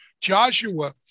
Joshua